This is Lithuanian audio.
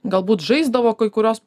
galbūt žaisdavo kai kurios